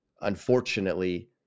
unfortunately